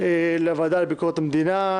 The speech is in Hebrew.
לוועדה לביקורת המדינה,